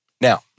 Now